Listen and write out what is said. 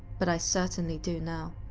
but i certainly do now.